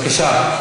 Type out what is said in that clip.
בבקשה.